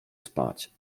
spać